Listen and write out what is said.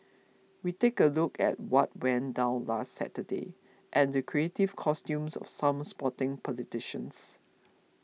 we take a look at what went down last Saturday and the creative costumes of some sporting politicians